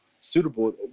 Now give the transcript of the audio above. suitable